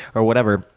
or whatever,